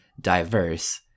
diverse